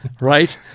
right